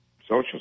Social